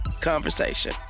conversation